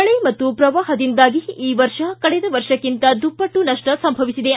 ಮಳೆ ಮತ್ತು ಪ್ರವಾಹದಿಂದಾಗಿ ಈ ವರ್ಷ ಕಳೆದ ವರ್ಷಕ್ಕಿಂತ ದುಪ್ಪಟ್ಟು ನಷ್ಟ ಸಂಭವಿಸಿದೆ